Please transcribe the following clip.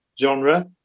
genre